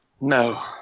No